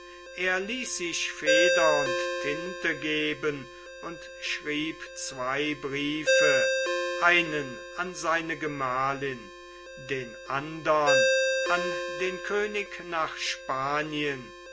er ließ sich feder und dinte geben und schrieb zwei briefe einen an seine gemahlin den andern an den könig nach spanien